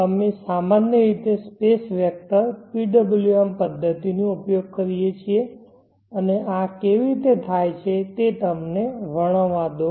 અમે સામાન્ય રીતે સ્પેસ વેક્ટર PWM પદ્ધતિનો ઉપયોગ કરીએ છીએ અને આ કેવી રીતે થાય છે તે તમને વર્ણવવા દો